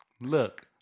look